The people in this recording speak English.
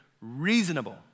reasonable